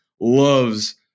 loves